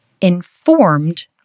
informed